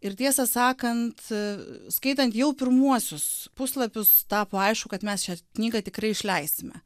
ir tiesą sakant skaitant jau pirmuosius puslapius tapo aišku kad mes šią knygą tikrai išleisime